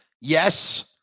Yes